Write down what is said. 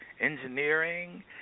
engineering